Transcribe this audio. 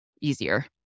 easier